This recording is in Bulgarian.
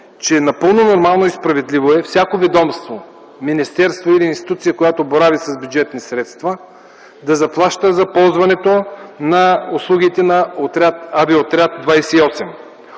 е напълно нормално и справедливо всяко ведомство, министерство или институция, която борави с бюджетни средства, да заплаща за ползването на услугите на Авиоотряд 28.